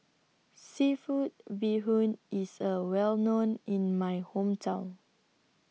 Seafood Bee Hoon IS A Well known in My Hometown